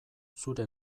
zure